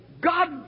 God